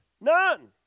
None